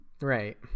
Right